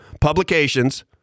publications